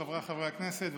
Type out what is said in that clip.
חבריי חברי הכנסת,